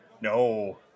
No